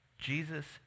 jesus